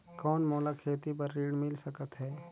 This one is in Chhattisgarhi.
कौन मोला खेती बर ऋण मिल सकत है?